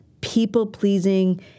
people-pleasing